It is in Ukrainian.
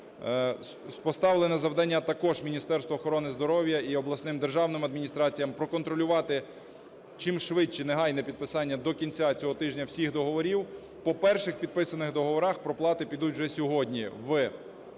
Поставлено завдання також Міністерству охорони здоров'я і обласним державним адміністраціям проконтролювати чимшвидше, негайне підписання до кінця цього тижня всіх договорів. По перших підписаних договорах проплати підуть вже сьогодні